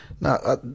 Now